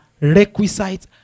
requisite